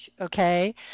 Okay